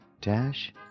dash